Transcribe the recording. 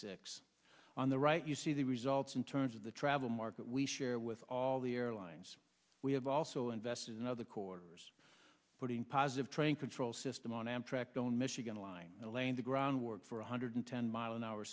six on the right you see the results in terms of the travel market we share with all the airlines we have also invested in other cores putting positive train control system on amtrak don't michigan line laying the groundwork for one hundred ten mile an hour